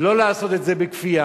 לא לעשות את זה בכפייה.